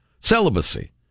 Celibacy